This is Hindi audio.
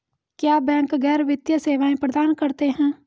क्या बैंक गैर वित्तीय सेवाएं प्रदान करते हैं?